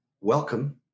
welcome